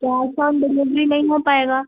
cash on delivery नहीं हो पाएगा